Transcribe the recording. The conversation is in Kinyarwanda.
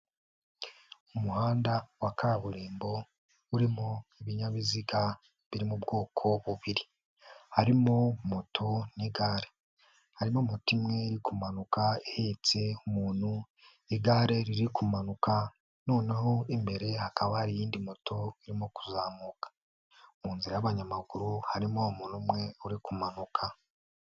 Umuhanda wa kaburimbo urimo ibinyabiziga biri mu bwoko bubiri: harimo moto n'igare, harimo moto imwe iri kumanuka ihetse umuntu, igare riri kumanuka noneho imbere hakaba hari iyinndi moto irimo kuzamuka, mu nzi y'abanyamaguru harimo umuntu umwe uri kumanuka.